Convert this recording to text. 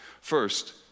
First